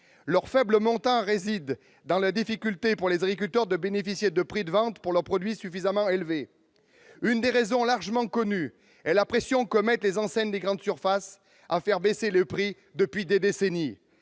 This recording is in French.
leurs faibles montants résident dans la difficulté pour les agriculteurs de bénéficier de prix de vente de leurs produits suffisamment élevés. Une des raisons, largement connue, est la pression qu'exercent les enseignes des grandes surfaces pour faire baisser les prix depuis des décennies.